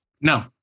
no